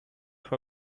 for